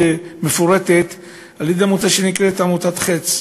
מפורטת על-ידי עמותה שנקראת עמותת "חץ".